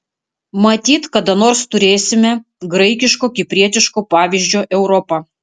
matyt kada nors turėsime graikiško kiprietiško pavyzdžio europą